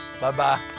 Bye-bye